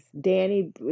Danny